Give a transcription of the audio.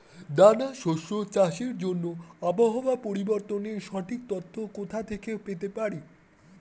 দানা শস্য চাষের জন্য আবহাওয়া পরিবর্তনের সঠিক তথ্য কোথা থেকে পেতে পারি?